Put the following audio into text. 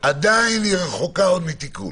עדיין רחוקה מתיקון.